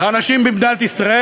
לאנשים במדינת ישראל.